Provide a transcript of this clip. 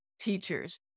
teachers